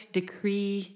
decree